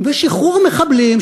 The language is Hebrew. ושחרור מחבלים,